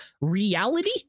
reality